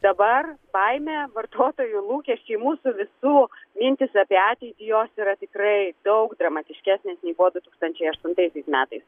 dabar baimė vartotojų lūkesčiai mūsų visų mintys apie ateitį jos yra tikrai daug dramatiškesnės jnei buvo du tūkstančiai aštuntaisiais metais